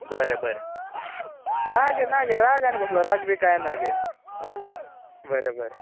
बरें बरें ना गे ना गे राग आनी कसलो राग बी काय ना गे बरें बरें